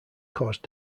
cause